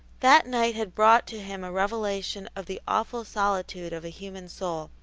that night had brought to him a revelation of the awful solitude of a human soul,